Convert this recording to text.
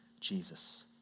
Jesus